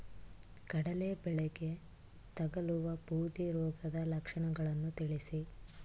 ಕಡಲೆ ಬೆಳೆಗೆ ತಗಲುವ ಬೂದಿ ರೋಗದ ಲಕ್ಷಣಗಳನ್ನು ತಿಳಿಸಿ?